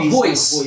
voice